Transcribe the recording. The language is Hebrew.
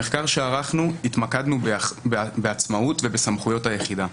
במחקר שערכנו התמקדנו בעצמאות ובסמכויות היחידה.